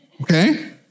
okay